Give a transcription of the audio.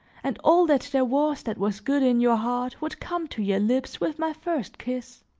and all that there was that was good in your heart would come to your lips with my first kiss.